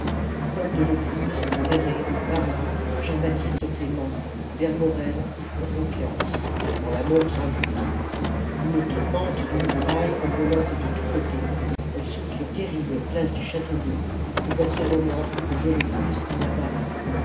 comme delescluze ferré varlin j b clément vermorel ont confiance en la mort sans doute une tourmente de mitraille enveloppe de tous côtés elle souffle terrible place du château-d'eau c'est à ce moment que delescluze y apparaît